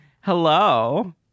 Hello